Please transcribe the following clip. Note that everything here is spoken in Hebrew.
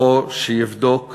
סופו שיבדוק